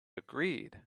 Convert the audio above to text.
agreed